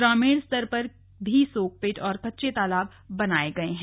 ग्रामीण स्तर पर भी सोक पिट और कच्चे तालाब बनाएं गए हैं